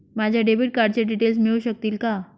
माझ्या डेबिट कार्डचे डिटेल्स मिळू शकतील का?